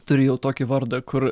turi jau tokį vardą kur